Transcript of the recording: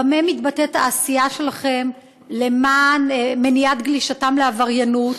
במה מתבטאת העשייה שלכם למען מניעת גלישתם לעבריינות?